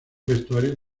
vestuario